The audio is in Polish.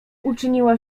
uczyniła